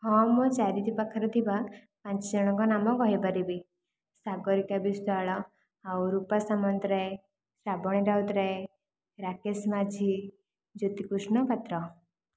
ହଁ ମୁଁ ଚାରିଟି ପାଖରେ ଥିବା ପାଞ୍ଚ ଜଣଙ୍କ ନାମ କହି ପାରିବି ସାଗରିକା ବିଶ୍ୱାଳ ଆଉ ରୂପା ସାମନ୍ତରାୟ ଶ୍ରାବଣୀ ରାଉତରାୟ ରାକେଶ ମାଝୀ ଜ୍ୟୋତିକୃଷ୍ଣ ପାତ୍ର